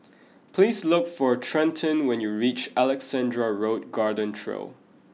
please look for Trenten when you reach Alexandra Road Garden Trail